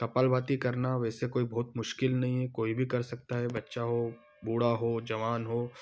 कपाल भाती करना वैसे कोई बहउत मुश्किल नहीं है कोई भी कर सकता है बच्चा हो बूढ़ा हो जवान हो